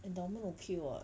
endowment okay [what]